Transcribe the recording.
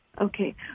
okay